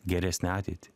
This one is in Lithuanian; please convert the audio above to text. geresnę ateitį